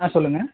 ஆ சொல்லுங்கள்